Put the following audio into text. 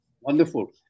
Wonderful